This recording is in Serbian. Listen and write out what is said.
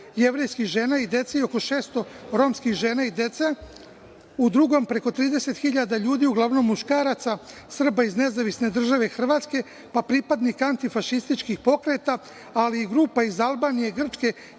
jevrejskih žena i dece, oko 600 Romskih žena i dece. U drugom, preko 30.000 ljudi uglavnom muškaraca Srba iz NDH, pa pripadnika anti-fašističkih pokreta, ali i grupa iz Albanije i Grčke,